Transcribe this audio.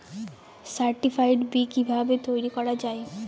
Certified বি কিভাবে তৈরি করা যায়?